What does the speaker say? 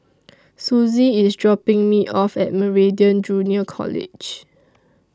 Suzy IS dropping Me off At Meridian Junior College